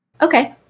okay